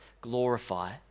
glorify